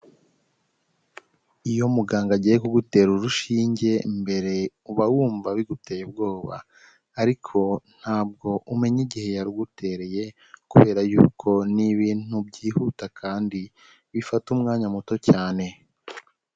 Iyo muganga agiye kugutera urushinge mbere, uba wumva biguteye ubwoba. Ariko ntabwo umenya igihe yarugutereye kubera yuko ni ibintu byihuta kandi bifata umwanya muto cyane.